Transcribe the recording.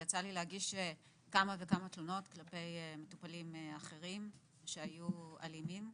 ויצא לי להגיש כמה וכמה תלונות כלפי מטופלים אחרים שהיו אלימים,